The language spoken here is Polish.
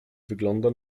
wygląda